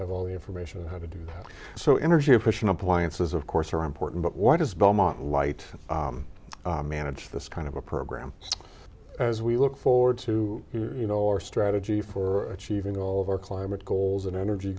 have all the information on how to do so energy efficient appliances of course are important but why does belmont light manage this kind of a program as we look forward to you know our strategy for achieving all of our climate goals and energy